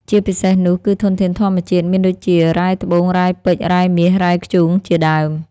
ជាពិសេសនោះ គឺធនធានធម្មជាតិ មានដូចជា រ៉ែត្បូង រ៉ែពេជ្រ រ៉ែមាស រ៉ែធ្យូង ជាដើម។